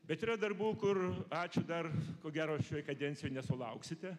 bet yra darbų kur ačiū dar ko gero šioj kadencijoj nesulauksite